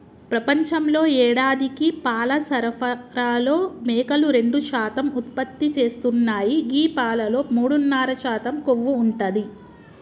ప్రపంచంలో యేడాదికి పాల సరఫరాలో మేకలు రెండు శాతం ఉత్పత్తి చేస్తున్నాయి గీ పాలలో మూడున్నర శాతం కొవ్వు ఉంటది